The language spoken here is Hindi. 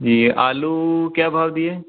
ये आलू क्या भाव दिये